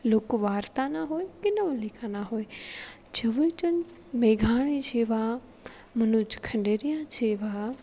લોકવાર્તાનાં હોય કે નવલિકાનાં હોય ઝવેરચંદ મેઘાણી જેવા મનોજ ખંડેરિયા જેવા